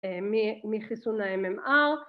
אה, מ... מחיסון ה-MMR